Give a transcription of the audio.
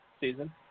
season